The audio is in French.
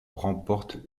remportent